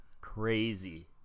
crazy